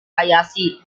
hayashi